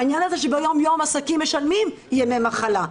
העניין הזה שביום-יום עסקים משלמים ימי מחלה,